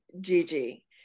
Gigi